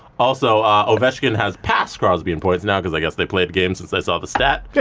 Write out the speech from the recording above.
also ovechkin has passed crosby in points now because i guess they played game since i saw the stat.